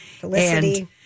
Felicity